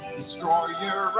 destroyer